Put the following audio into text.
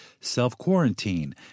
self-quarantine